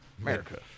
America